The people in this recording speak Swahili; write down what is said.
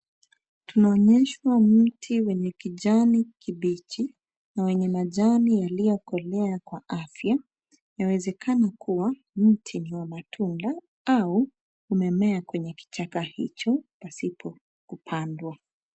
Tunaonyeshwa mti wenye kijani kibichi na wenye majani yaliyokolea kwa afya yawezekana kuwa mti wa matunda au umemea kwenye kichaka hicho pasipo kupandwa.